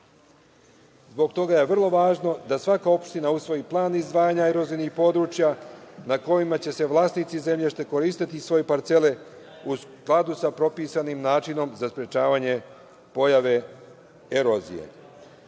Zbog toga je vrlo važno da svaka opština usvoji plan izdvajanja erozivnih područja na kojima će vlasnici zemljišta koristiti svoje parcele u skladu sa propisanim načinom za sprečavanje pojave erozije. Izrada